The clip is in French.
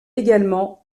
également